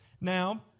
Now